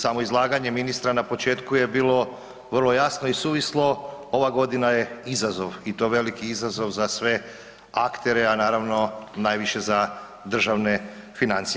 Samo izlaganje ministra na početku je bilo vro jasno i suvislo, ova godina je izazov i to veliki izazov za sve aktere a naravno, najviše za državne financije.